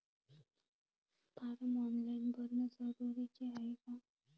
Form online भरने जरुरीचे हाय का?